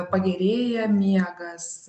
pagerėja miegas